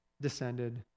descended